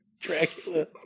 Dracula